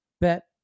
bet